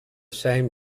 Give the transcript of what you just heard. same